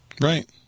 Right